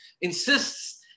insists